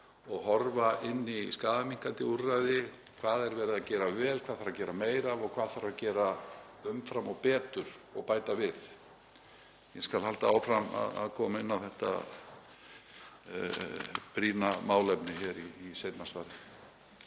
og skoða þarf skaðaminnkandi úrræði. Hvað er verið að gera vel, hvað þarf að gera meira af, hvað þarf að gera umfram og betur og hverju þarf að bæta við? Ég skal halda áfram að koma inn á þetta brýna málefni hér í seinna svari.